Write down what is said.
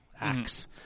acts